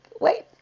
wait